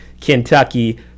Kentucky